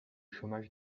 chômage